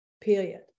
period